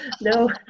No